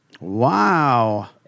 Wow